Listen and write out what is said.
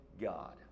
God